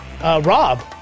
Rob